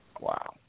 Wow